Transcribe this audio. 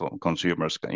consumers